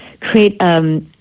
create